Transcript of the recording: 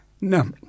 no